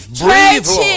breathe